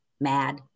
mad